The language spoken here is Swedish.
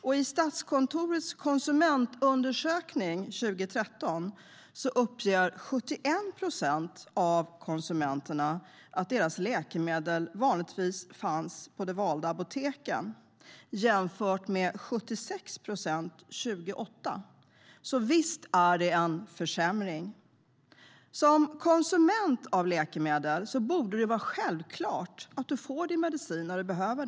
Och i Statskontorets konsumentundersökning från 2013 uppgav 71 procent av konsumenterna att deras läkemedel vanligtvis fanns på de valda apoteken, jämfört med 76 procent 2008. Så visst är det en försämring. Det borde vara självklart att man som konsument av läkemedel får sin medicin när den behövs.